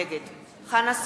נגד חנא סוייד,